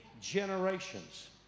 generations